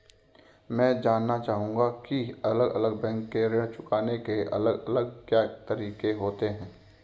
मैं जानना चाहूंगा की अलग अलग बैंक के ऋण चुकाने के अलग अलग क्या तरीके होते हैं?